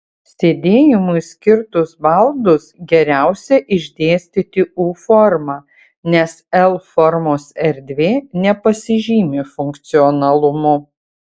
sėdėjimui skirtus baldus geriausia išdėstyti u forma nes l formos erdvė nepasižymi funkcionalumu